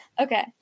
Okay